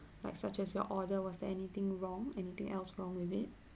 like such as your order was there anything wrong anything else wrong with it